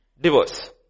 divorce